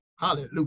Hallelujah